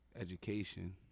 Education